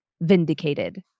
vindicated